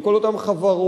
וכל אותן חברות,